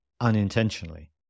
unintentionally